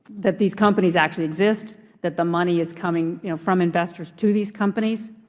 that these companies actually exist, that the money is coming from investors to these companies,